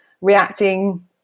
reacting